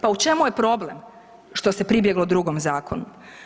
Pa u čemu je problem što se pribjeglo drugom zakonu?